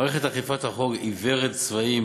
מערכת אכיפת החוק עיוורת צבעים,